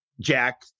Jack